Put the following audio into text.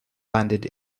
landed